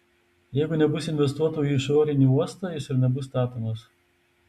jeigu nebus investuotojų į išorinį uostą jis ir nebus statomas